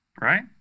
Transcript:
Right